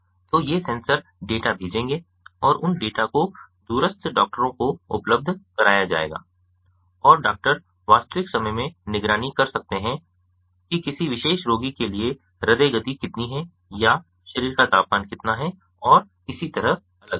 तो ये sensor data भेजेंगे और उन डेटा को दूरस्थ डॉक्टरों को उपलब्ध कराया जाएगा और डॉक्टर वास्तविक समय में निगरानी कर सकते हैं कि किसी विशेष रोगी के लिए हृदय गति कितनी है या शरीर का तापमान कितना है और इसी तरह अलग अलग